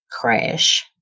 crash